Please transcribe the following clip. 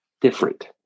different